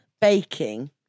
baking